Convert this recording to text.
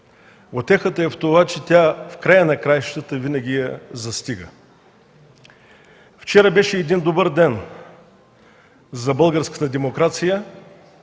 Утехата е в това, че тя в края на краищата винаги я застига. Вчера беше един добър ден за българската демокрация,